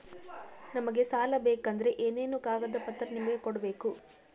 ನಮಗೆ ಸಾಲ ಬೇಕಂದ್ರೆ ಏನೇನು ಕಾಗದ ಪತ್ರ ನಿಮಗೆ ಕೊಡ್ಬೇಕು?